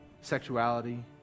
sexuality